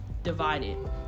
Divided